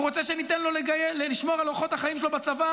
הוא רוצה שניתן לו לשמור על אורחות החיים שלו בצבא